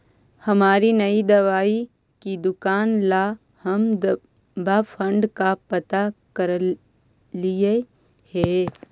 हमारी नई दवाई की दुकान ला हम दवा फण्ड का पता करलियई हे